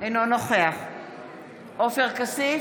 אינו נוכח עופר כסיף,